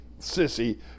sissy